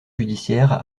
judiciaire